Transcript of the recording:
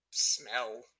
Smell